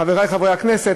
חברי חברי הכנסת,